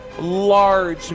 large